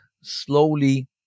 slowly